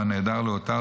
או הנעדר לא אותר,